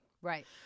Right